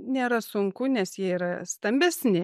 nėra sunku nes jie yra stambesni